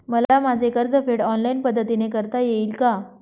मला माझे कर्जफेड ऑनलाइन पद्धतीने करता येईल का?